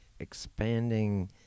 expanding